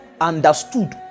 understood